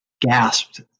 gasped